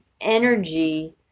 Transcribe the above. energy